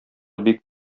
бик